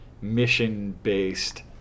mission-based